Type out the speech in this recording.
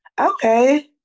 Okay